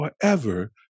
forever